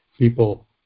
People